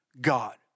God